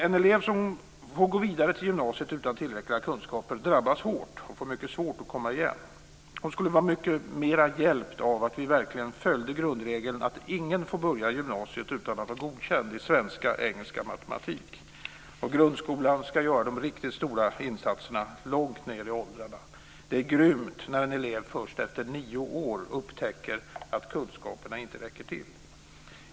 En elev som får gå vidare till gymnasiet utan tillräckliga kunskaper drabbas hårt och får mycket svårt att komma igen. Den eleven skulle vara mycket mer hjälpt av att vi verkligen följde grundregeln att ingen får börja i gymnasiet utan att ha godkänt i svenska, engelska och matematik. Och grundskolan ska göra de riktigt stora insatserna långt ned i åldrarna. Det är grymt när en elev först efter nio år upptäcker att kunskaperna inte räcker till.